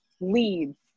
leads